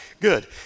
good